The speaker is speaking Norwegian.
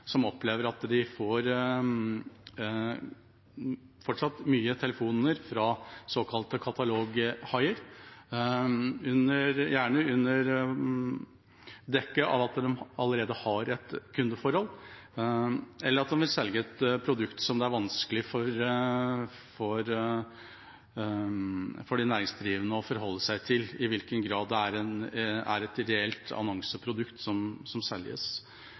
som opplever at de fortsatt får mange telefoner fra såkalte kataloghaier, gjerne under dekke av at de allerede har et kundeforhold, eller at de vil selge et produkt som det er vanskelig for de næringsdrivende å forholde seg til med hensyn til i hvilken grad det er et ideelt annonseprodukt som selges.